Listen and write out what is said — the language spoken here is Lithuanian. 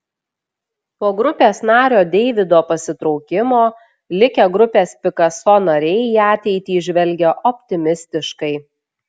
po grupės nario deivido pasitraukimo likę grupės pikaso nariai į ateitį žvelgia optimistiškai